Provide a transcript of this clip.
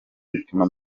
bipimo